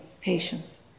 patience